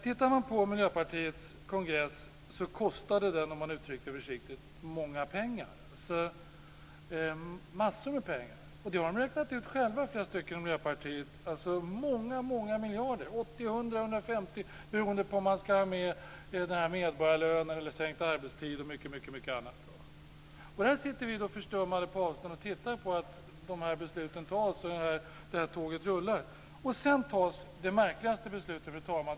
Tittar man på Miljöpartiets kongress kostade den - om man uttrycker det försiktigt - mycket pengar. Den kostade massor med pengar. Det har flera från Miljöpartiet räknat ut själva. Det kostar många miljarder - 80, 100, 150 miljarder - beroende på om man ska ha med medborgarlöner, sänkt arbetstid och mycket annat. Där sitter vi förstummade på avstånd och tittar på hur besluten fattas och tåget rullar. Sedan fattas det märkligaste beslutet, fru talman.